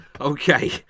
okay